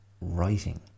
Writing